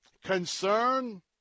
Concern